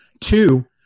Two